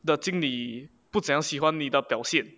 the 经理不这么样喜欢你的表现